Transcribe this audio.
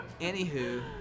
Anywho